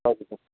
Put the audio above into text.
ಹೌದು ಸರ್